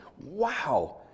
wow